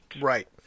Right